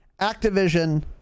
Activision